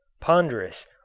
ponderous